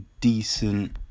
decent